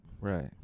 Right